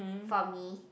for me